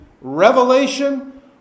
revelation